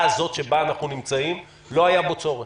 הזאת שבה אנחנו נמצאים - לא היה בו צורך.